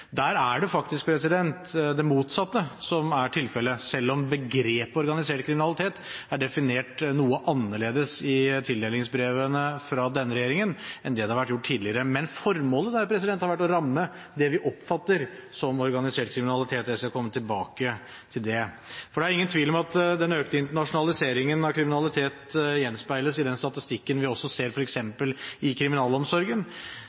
Der er det faktisk det motsatte som er tilfellet, selv om begrepet «organisert kriminalitet» er definert noe annerledes i tildelingsbrevene fra denne regjeringen enn det det har vært gjort tidligere. Men formålet der har vært å ramme det vi oppfatter som organisert kriminalitet. Jeg skal komme tilbake til det. Det er jo ingen tvil om at den økte internasjonaliseringen av kriminalitet gjenspeiles i den statistikken vi også ser